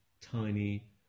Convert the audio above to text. tiny